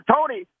Tony